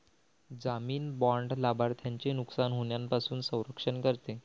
जामीन बाँड लाभार्थ्याचे नुकसान होण्यापासून संरक्षण करते